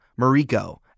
Mariko